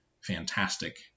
fantastic